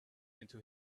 into